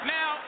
Now